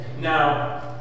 Now